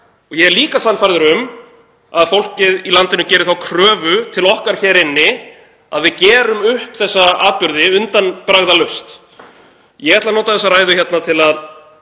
Ég er líka sannfærður um að fólkið í landinu geri þá kröfu til okkar hér inni að við gerum upp þessa atburði undanbragðalaust. Ég ætla að nota þessa ræðu til að